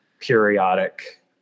periodic